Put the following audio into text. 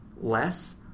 less